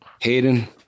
Hayden